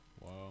Wow